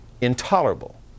intolerable